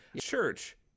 Church